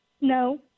No